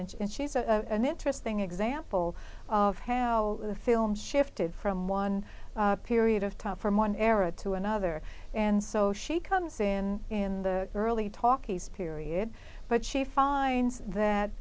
then and she's a interesting example of how the film shifted from one period of time from one era to another and so she comes in in the early talkies period but she finds